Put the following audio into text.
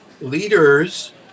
leaders